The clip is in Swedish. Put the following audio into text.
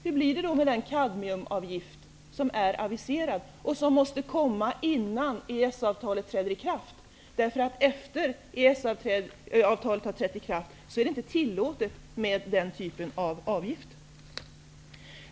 Hur blir det då med den kadmiumavgift som är aviserad och som måste komma innan EES-avtalet träder i kraft? Efter det EES-avtalet har trätt i kraft är det inte tillåtet med den typen av avgift.